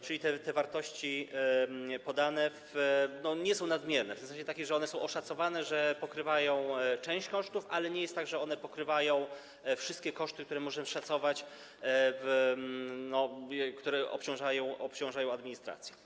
Czyli te wartości podane nie są nadmierne, w sensie takim, że one są oszacowane, że pokrywają część kosztów, ale nie jest tak, że one pokrywają wszystkie koszty, które możemy szacować, które obciążają administrację.